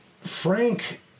Frank